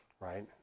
right